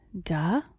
duh